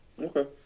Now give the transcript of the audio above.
Okay